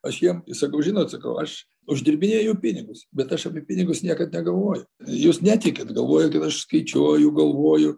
aš jiem sakau žinot sakau aš uždirbinėju pinigus bet aš apie pinigus niekad negalvoju jūs netikit galvojat kad aš skaičiuoju galvoju